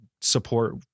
support